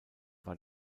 war